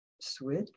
Switch